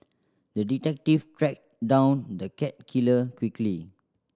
the detective tracked down the cat killer quickly